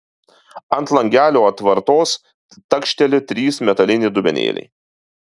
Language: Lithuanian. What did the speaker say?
ant langelio atvartos takšteli trys metaliniai dubenėliai